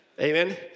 Amen